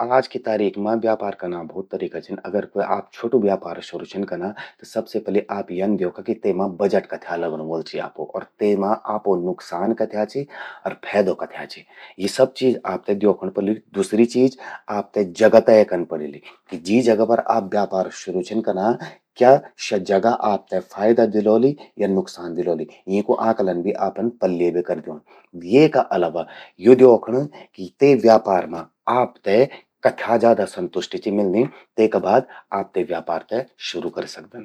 आज कि तारीख मां व्यापार कना भौत तरीका छिन। अगर क्वे आप छ्वोटु व्यापार शुरु छिन कना, त सबसे पलि यन द्योखा कि तेमा बजट कथ्या लगण वलु चि आपो। अर तेमा आपो नुकसान कथ्या चि अर फैदु कथ्या चि। यी सब चीज आपते द्यौखण पड़ेलि। दूसरी चीज, आपते जगा तय कन पड़ेलि कि जीं जगा पर आप व्यापार शुरु छिन कना, क्या स्या जगा आपते फायदा दिलौलि या नुकसान दिलौलि। यीं कु आकलन भी आपन पल्ये बे करि द्योंण। यी का अलावा यो द्योखण कि ते व्यापार मां आपते कथ्या ज्यादा संतुष्टि चि मिलणि। तेका बाद आप ते व्यापार ते शुरू करि सकदन।